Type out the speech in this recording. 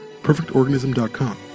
PerfectOrganism.com